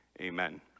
amen